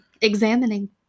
examining